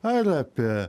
ar apie